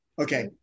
Okay